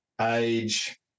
age